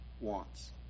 wants